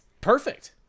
perfect